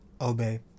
Obey